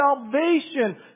salvation